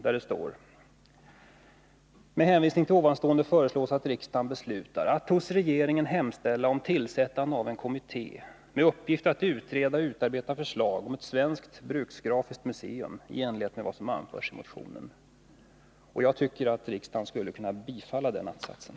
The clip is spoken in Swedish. Det står i motionen att med hänvisning till vad som anförts föreslås att riksdagen beslutar ”att hos regeringen hemställa om tillsättande av en kommitté med uppgift att utreda och utarbeta förslag om ett svenskt bruksgrafiskt museum i enlighet med vad som anförs i motionen”. Jag tycker att riksdagen skulle kunna bifalla den att-satsen.